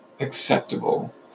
acceptable